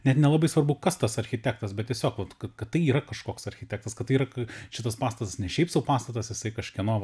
net nelabai svarbu kas tas architektas bet tiesiog vat kad tai yra kažkoks architektas kad tai yra k šitas pastatas ne šiaip sau pastatas jisai kažkieno va